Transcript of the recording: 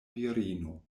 virino